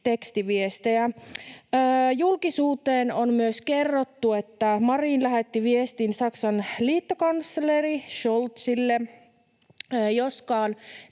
tekstiviestejä. Julkisuuteen on myös kerrottu, että Marin lähetti viestin Saksan liittokansleri Scholzille, joskaan